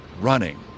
running